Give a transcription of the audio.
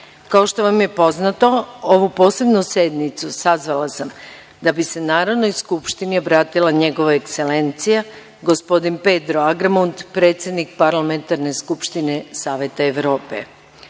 što vam je poznato, ovu posebnu sednicu sazvala sam da bi se Narodnoj skupštini obratila Njegova Ekselencija, gospodin Pedro Agramunt, predsednik Parlamentarne skupštine Saveta Evrope. Čast